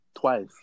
twice